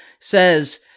says